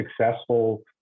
successful